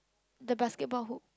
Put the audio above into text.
the basketball hood